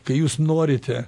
kai jūs norite